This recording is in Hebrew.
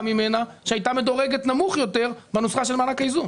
ממנה שהייתה מדורגת נמוך יותר בנוסחה של מענק האיזון?